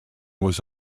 was